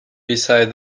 beside